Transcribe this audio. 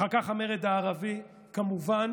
אחר כך המרד הערבי, וכמובן